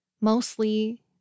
Mostly